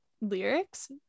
lyrics